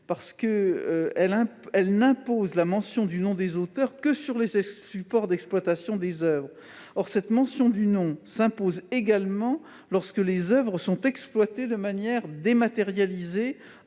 parce qu'elle n'impose la mention du nom des auteurs que sur les supports d'exploitation des oeuvres. Or cette mention du nom s'impose également, lorsque les oeuvres sont exploitées de manière dématérialisée,